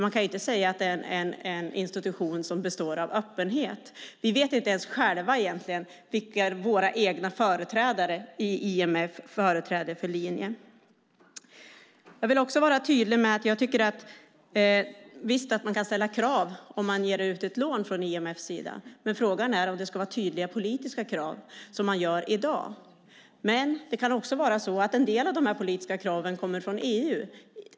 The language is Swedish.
Man kan inte säga att det är en institution som består av öppenhet. Vi vet egentligen inte ens själva vad våra egna företrädare i IMF företräder för linje. Jag vill också vara tydlig med att jag tycker att man visst kan ställa krav om man ger ut ett lån från IMF:s sida. Frågan är om man ska ställa tydliga politiska krav som man gör i dag. Men det kan också vara så att en del av de politiska kraven kommer från EU.